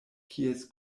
kies